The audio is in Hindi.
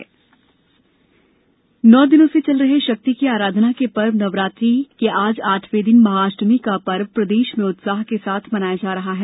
महाष्टमी नौ दिनों से चल रहे शक्ति की आराधना के पर्व नवरात्रि का आज आठवां दिन महाअष्टमी का पर्व प्रदेश में उत्साह के साथ मनाया जा रहा है